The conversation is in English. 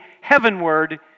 heavenward